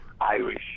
Irish